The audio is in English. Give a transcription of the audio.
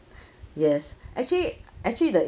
yes actually actually the